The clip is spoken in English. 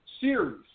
series